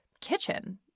kitchen